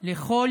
של כל